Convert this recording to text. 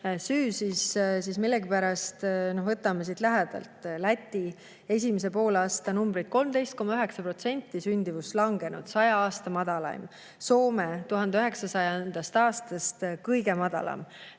süü, siis millegipärast … No võtame siit lähedalt: Läti esimese poolaasta number – 13,9% on sündimus langenud, 100 aasta madalaim. Soome – 1900. aastast kõige madalam.